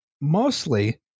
mostly